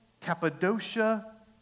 Cappadocia